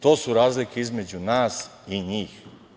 To su razlike između nas i njih.